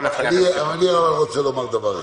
אני רוצה לומר דבר אחד,